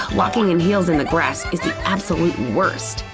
walking in heels in the grass is the absolute worst!